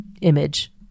image